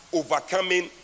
overcoming